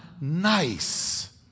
nice